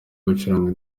gucuranga